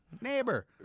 neighbor